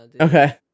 Okay